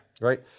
Right